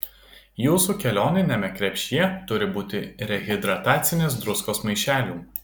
jūsų kelioniniame krepšyje turi būti rehidratacinės druskos maišelių